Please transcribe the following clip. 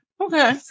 Okay